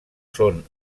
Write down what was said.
són